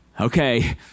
Okay